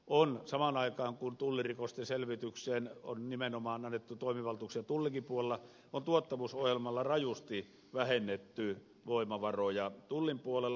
valitettavasti samaan aikaan kun tullirikosten selvitykseen on nimenomaan annettu toimivaltuuksia tullinkin puolella on tuottavuusohjelmalla rajusti vähennetty voimavaroja tullin puolella